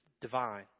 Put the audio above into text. divine